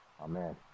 Amen